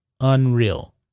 Unreal